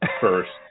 first